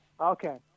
Okay